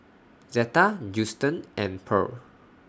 Zeta Justen and Pearl